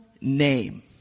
name